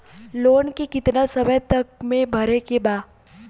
Loan के कितना समय तक मे भरे के बा?